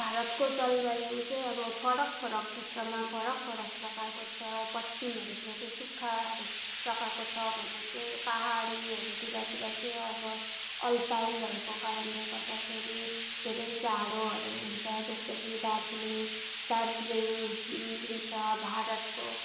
भारतको जलवायु चाहिँ अब फरक फरक क्षेत्रमा फरक फरक प्रकारको छ पश्चिमहरूतिर त्यो सुक्खाहरू प्रकारको छ भने चाहिँ पहाडीहरूतिर तिर चाहिँ अब अलपाइन भएको कारणले गर्दाखेरि धेरै जाडोहरू हुन्छ जस्तो कि दार्जिलिङ दार्जिलिङ जुन छ भारतको